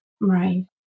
Right